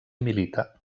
milita